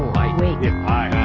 bitrate yeah